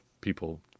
people